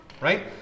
Right